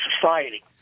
society